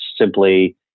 simply